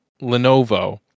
Lenovo